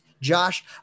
Josh